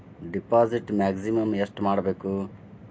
Deposit maximum ಎಷ್ಟು ಮಾಡಬೇಕು?